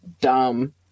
dumb